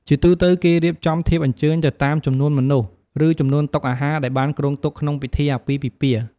ជាទូទៅ គេរៀបចំធៀបអញ្ជើញទៅតាមចំនួនមនុស្ស ឬ ចំនួនតុអាហារ ដែលបានគ្រោងទុកក្នុងពិធីអាពាហ៍ពិពាហ៍។